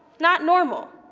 not normal.